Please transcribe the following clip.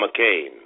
McCain